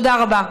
תודה רבה.